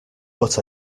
but